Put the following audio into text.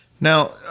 Now